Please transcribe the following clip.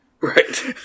Right